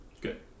Good